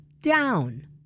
down